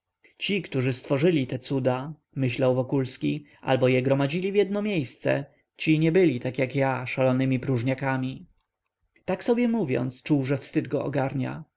ci którzy stworzyli te cuda myślał wokulski albo je gromadzili w jedno miejsce ci nie byli jak ja szalonymi próżniakami tak sobie mówiąc czuł że wstyd go ogarnia